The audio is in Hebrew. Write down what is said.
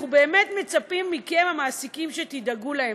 אנחנו באמת מצפים מכם, המעסיקים, שתדאגו להם,